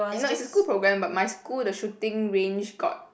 no it's a school program but my school the shooting range got